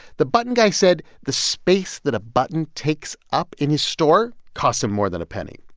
the button guy said the space that a button takes up in his store costs him more than a penny.